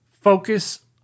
focus